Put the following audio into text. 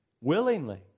willingly